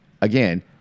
Again